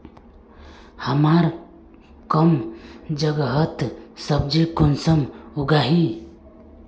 हमार कम जगहत सब्जी कुंसम उगाही?